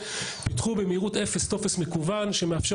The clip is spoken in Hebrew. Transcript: פיתחו במהירות אפס טופס מקוון שמאפשר